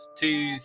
two